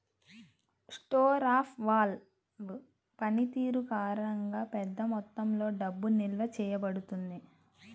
store of value పనితీరు కారణంగా, పెద్ద మొత్తంలో డబ్బు నిల్వ చేయబడుతుంది